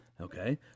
Okay